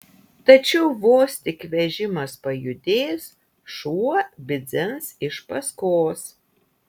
tačiau vos tik vežimas pajudės šuo bidzens iš paskos